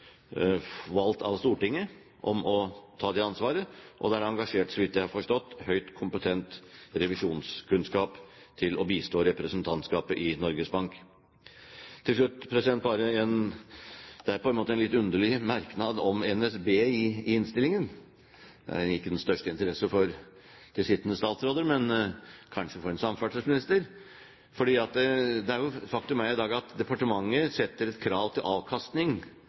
valgt av Stortinget, om å ta det ansvaret. Og det er engasjert, så vidt jeg har forstått, høyt kompetent revisjonskunnskap til å bistå representantskapet i Norges Bank. Til slutt: Det er på en måte en litt underlig merknad om NSB i innstillingen. Den er ikke av den største interesse for de her sittende statsråder, men kanskje for en samferdselsminister. Faktum er i dag at departementet setter krav til avkastning til NSB. Og når man setter et krav til avkastning,